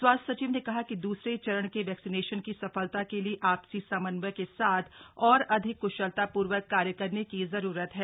स्वास्थ्य सचिव ने कहा कि दूसरे चरण के वैक्सीनेशन की सफलता के लिए आधसी समन्वय के साथ और अधिक कुशलता ूर्वक कार्य करने की जरूरत है